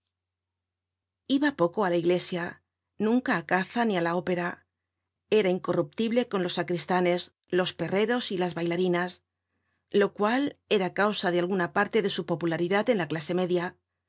iba poco á la iglesia nunca á caza ni á la opera era incorruptible con los sacristanes los perreros y las bailarinas lo cual era causa de alguna parte de su popularidad en la clase media